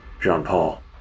Jean-Paul